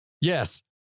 Yes